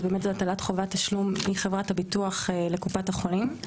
אז באמת זה הטלת חובת תשלום מחברת הביטוח לקופת החולים.